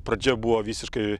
pradžia buvo visiškai